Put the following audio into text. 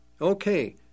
Okay